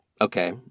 okay